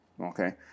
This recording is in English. okay